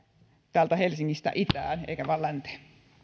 täältä helsingistä itään eikä vain länteen